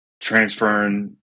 transferring